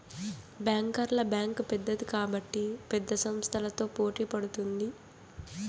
బ్యాంకర్ల బ్యాంక్ పెద్దది కాబట్టి పెద్ద సంస్థలతో పోటీ పడుతుంది